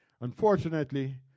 Unfortunately